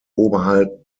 oberhalb